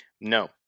no